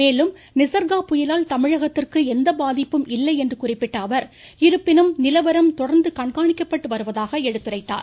மேலும் நிசர்கா புயலால் தமிழகத்திற்கு எந்த பாதிப்பும் இல்லை என்று குறிப்பிட்ட அவர் இருப்பினும் நிலவரம் தொடா்ந்து கண்காணிக்கப்பட்டு வருவதாக கூறினார்